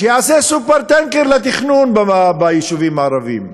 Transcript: שיעשה "סופר-טנקר" לתכנון ביישובים הערביים.